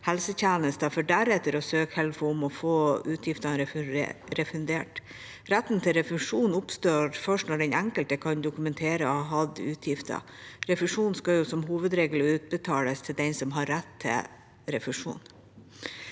helsetjenester for deretter å søke Helfo om å få utgiftene refundert. Retten til refusjon oppstår først når den enkelte kan dokumentere å ha hatt utgifter. Refusjonen skal som hovedregel utbetales til den som har rett til den.